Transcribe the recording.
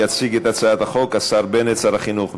יציג את הצעת החוק השר בנט, שר החינוך.